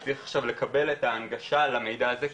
צריך עכשיו לקבל את ההנגשה למידע הזה,